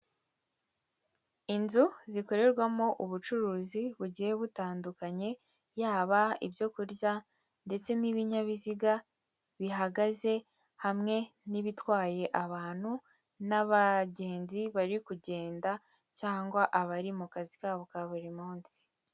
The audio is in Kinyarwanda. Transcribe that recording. Inzu zikorerwamo ubucuruzi bugiye butandukanye, yaba ibyo kurya, ndetse n'ibinyabiziga bihagaze, hamwe n'ibitwaye abantu, n'abagenzi bari kugenda, cyangwa abari mu kazi kabo ka buri munsi.